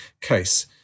case